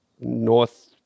north